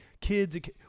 kids